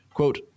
Quote